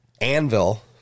Anvil